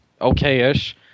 okay-ish